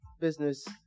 business